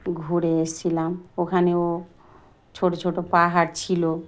ঘুরে এসেছিলাম ওখানেও ছোটো ছোটো পাহাড় ছিল